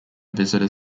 visitor